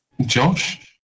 Josh